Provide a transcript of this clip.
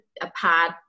apart